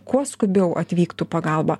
kuo skubiau atvyktų pagalba